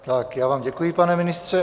Já vám děkuji, pane ministře.